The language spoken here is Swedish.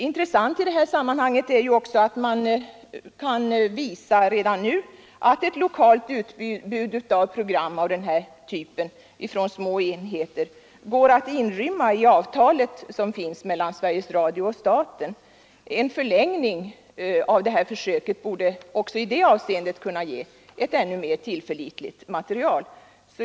Intressant i detta sammanhang är också att man kan visa redan nu att ett lokalt utbud av program av denna typ från små enheter går att inrymma i avtalet mellan Sveriges Radio och staten. En förlängning av de här försöken borde också i detta avseende kunna ge ett ännu mer tillförlitligt material.